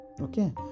okay